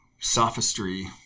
sophistry